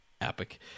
epic